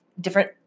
different